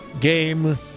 game